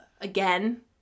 Again